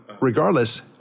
regardless